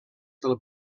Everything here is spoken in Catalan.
del